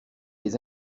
les